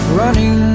running